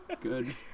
Good